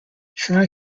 tri